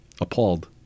appalled